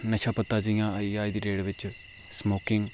नशा पत्ता जि'यां आइया अज्ज दी डेट बिच स्मोकिंग